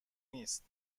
نیست